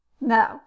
No